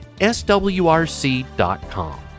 swrc.com